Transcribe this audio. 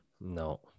no